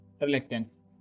reluctance